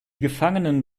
gefangenen